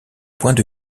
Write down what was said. points